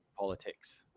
Politics